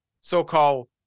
so-called